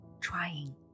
trying